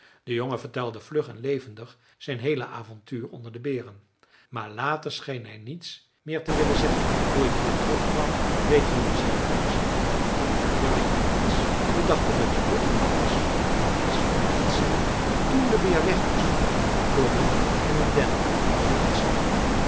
de jongen vertelde vlug en levendig zijn heele avontuur onder de beren maar later scheen hij niets meer te willen zeggen hoe ik hier terugkwam weten jelui zeker wel zei hij neen we weten niets we dachten dat je dood gevallen was dat is vreemd zei de jongen toen de beer weg was klom ik in een den en viel in slaap